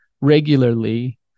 regularly